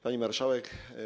Pani Marszałek!